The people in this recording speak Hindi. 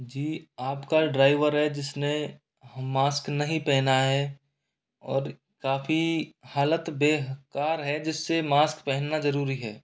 जी आपका ड्राइवर है जिसने मास्क नहीं पहना है और काफ़ी हालत बेकार है जिससे मास्क पहनना ज़रूरी है